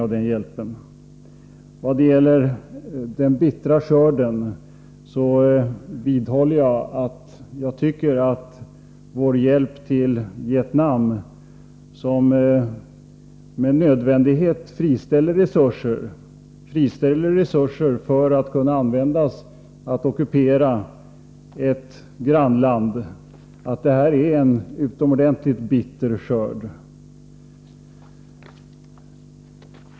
Vad sedan gäller det jag uttalade om den bittra skörden, vidhåller jag min uppfattning att det kan betecknas som en utomordentligt bitter skörd av vår hjälp till Vietnam när denna hjälp med nödvändighet friställer resurser, som kan användas för att ockupera ett grannland.